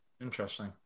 Interesting